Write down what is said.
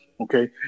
Okay